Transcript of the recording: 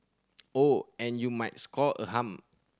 oh and you might score a hum